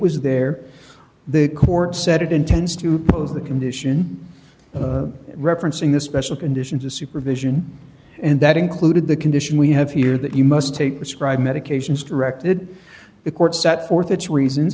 was there the court said it intends to pose the condition referencing the special conditions of supervision and that included the condition we have here that you must take prescribe medications directed the court set forth its reasons